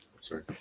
Sorry